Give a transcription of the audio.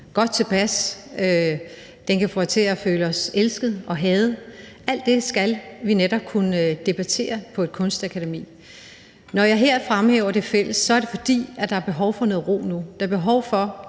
godt tilpas, den kan få os til at føle os elsket og hadet – alt det skal vi netop kunne debattere på et kunstakademi. Når jeg her fremhæver det fælles, er det, fordi der er behov for noget ro nu. Der er behov for,